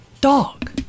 Dog